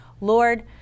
Lord